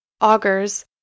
augers